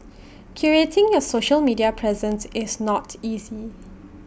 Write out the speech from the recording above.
curating your social media presence is not easy